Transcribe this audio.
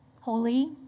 holy